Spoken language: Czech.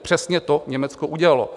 Přesně to Německo udělalo.